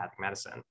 medicine